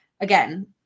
again